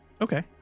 Okay